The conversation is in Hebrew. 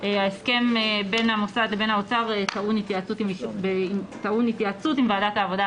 ההסכם בין המוסד לבין האוצר טעון התייעצות עם ועדת העבודה,